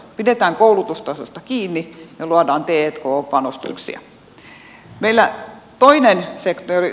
pidetään koulutustasosta kiinni ja luodaan t k panostuksia